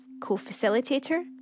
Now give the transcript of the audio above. co-facilitator